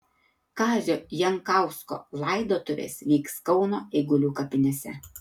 kazio jankausko laidotuvės vyks kauno eigulių kapinėse